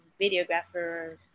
videographer